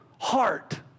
heart